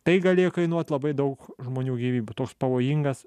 tai galėjo kainuot labai daug žmonių gyvybių toks pavojingas